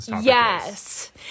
Yes